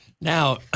Now